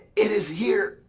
it is here,